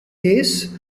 days